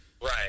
Right